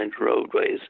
roadways